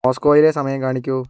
മോസ്കോയിലെ സമയം കാണിക്കൂ